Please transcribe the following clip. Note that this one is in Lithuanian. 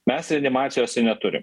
mes reanimacijose neturim